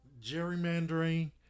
gerrymandering